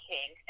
King